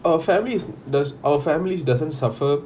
a family does our families doesn't suffer